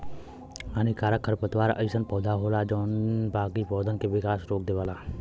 हानिकारक खरपतवार अइसन पौधा होला जौन बाकी पौधन क विकास रोक देवला